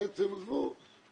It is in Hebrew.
בעצם עזבו,